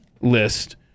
list